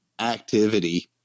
activity